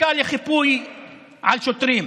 מחלקה לחיפוי על שוטרים,